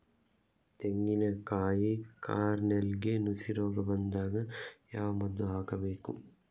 ತೆಂಗಿನ ಕಾಯಿ ಕಾರ್ನೆಲ್ಗೆ ನುಸಿ ರೋಗ ಬಂದಾಗ ಯಾವ ಮದ್ದು ಹಾಕಬೇಕು?